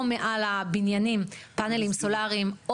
או מעל הבניינים פאנלים סולאריים,